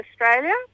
australia